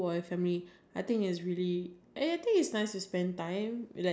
I would recommend for individual people I think they can